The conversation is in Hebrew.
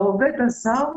לעובד הזר,